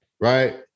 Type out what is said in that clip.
right